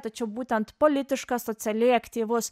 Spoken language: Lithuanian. tačiau būtent politiškas socialiai aktyvus